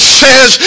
says